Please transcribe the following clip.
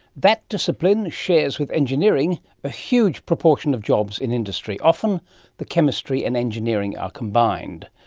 that discipline shares with engineering a huge proportion of jobs in industry, often the chemistry and engineering are combined.